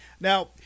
Now